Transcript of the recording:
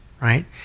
right